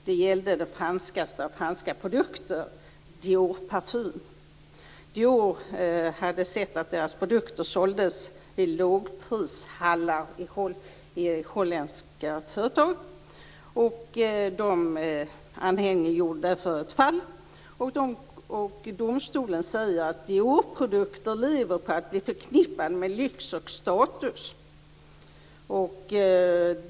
Det gällde den franskaste av franska produkter - Domstolen säger att Diorprodukter lever på att bli förknippade med lyx och status.